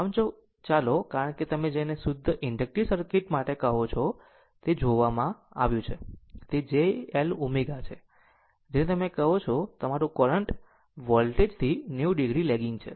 આમ ચાલો કારણ કે તમે જેને શુદ્ધ ઇન્ડકટીવ સર્કિટ માટે કહો છો તે જોવામાં આવ્યું છે કે તે j L ω છે જેને તમે કહો છો કે તમારું કરંટ વોલ્ટેજ થી 90 o લેગીગ છે